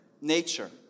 nature